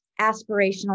aspirational